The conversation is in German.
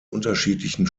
unterschiedlichen